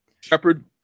Shepard